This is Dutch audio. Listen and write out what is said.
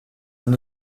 aan